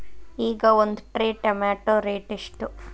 ಈಗ ಒಂದ್ tray tomato rate ಎಷ್ಟ?